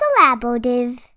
Collaborative